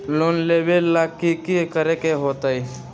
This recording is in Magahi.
लोन लेबे ला की कि करे के होतई?